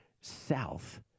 South